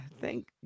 Thank